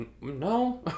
no